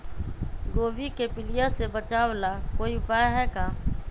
गोभी के पीलिया से बचाव ला कोई उपाय है का?